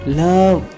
love